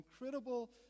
incredible